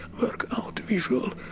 work out visual